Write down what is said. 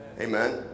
Amen